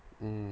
mm